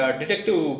detective